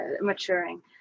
maturing